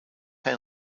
have